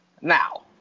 now